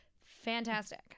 fantastic